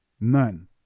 None